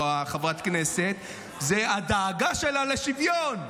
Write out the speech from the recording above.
חברת הכנסת הזו הוא הדאגה שלה לשוויון: